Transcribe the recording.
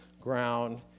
ground